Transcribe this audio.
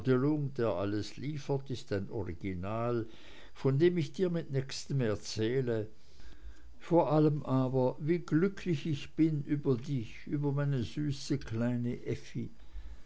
alles liefert ist ein original von dem ich dir mit nächstem erzähle vor allem aber wie glücklich ich bin über dich über meine süße kleine effi